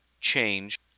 change